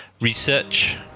research